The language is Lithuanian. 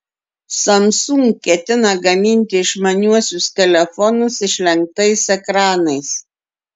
samsung ketina gaminti išmaniuosius telefonus išlenktais ekranais